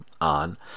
on